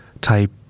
type